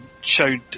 showed